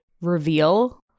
reveal